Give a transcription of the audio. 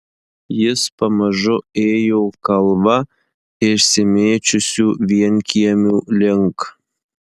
jis pamažu ėjo kalva išsimėčiusių vienkiemių link